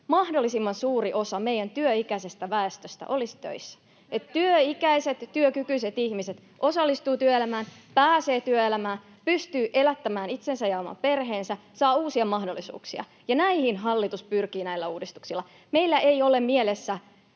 mahdollisimman suuri osa meidän työikäisestä väestöstä olisi töissä, [Li Anderssonin välihuuto] että työikäiset ja työkykyiset ihmiset osallistuvat työelämään, pääsevät työelämään, pystyvät elättämään itsensä ja oman perheensä, saavat uusia mahdollisuuksia. Näihin hallitus pyrkii näillä uudistuksilla. Meillä ei ole mielessä